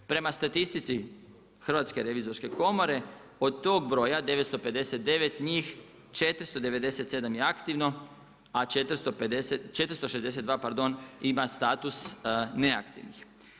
Prema statistici Hrvatske revizorske komore od tog broja 959 njih 497 je aktivno, a 462 ima status neaktivnih.